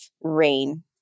rain